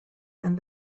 and